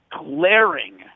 glaring